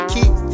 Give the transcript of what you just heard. Keep